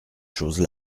choses